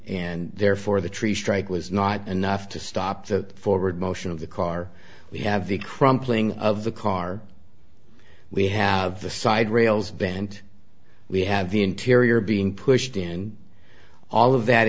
and therefore the tree strike was not enough to stop the forward motion of the car we have the crumpling of the car we have the side rails bent we have the interior being pushed in and all of that